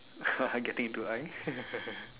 getting into A_I